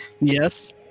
Yes